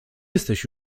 jesteś